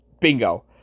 bingo